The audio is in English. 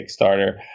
Kickstarter